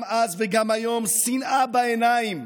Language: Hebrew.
גם אז וגם היום שנאה בעיניים,